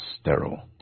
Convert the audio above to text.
sterile